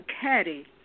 caddy